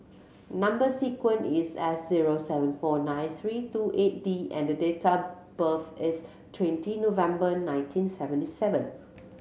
number sequence is S zero seven four nine three two eight D and the date of birth is twenty November nineteen seventy seven